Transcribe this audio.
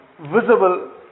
visible